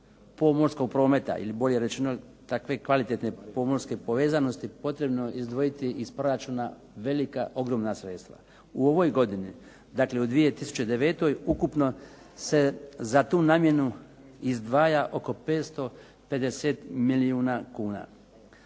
pomorskog prometa ili bolje rečeno takve kvalitetne pomorske povezanosti potrebno izdvojiti iz proračuna velika ogromna sredstva. U ovoj godini, dakle u 2009. ukupno se za tu namjenu izdvaja oko 550 milijuna kuna.